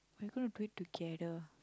are you going to do it together